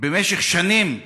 במשך שנים,